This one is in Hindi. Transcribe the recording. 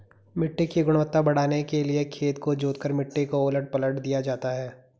मिट्टी की गुणवत्ता बढ़ाने के लिए खेत को जोतकर मिट्टी को उलट पलट दिया जाता है